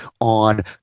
on